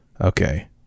okay